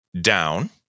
down